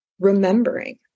remembering